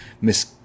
Miss